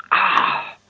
ah!